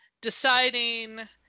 deciding